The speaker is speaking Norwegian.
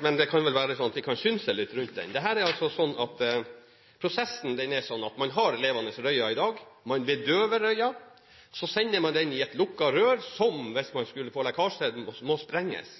Men vi kan vel synse litt rundt den saken. Prosessen er altså slik i dag at man har levende røye, man bedøver røya, og så sender man den i et lukket rør som – hvis man skulle få lekkasje – må sprenges